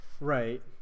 Right